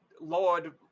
Lord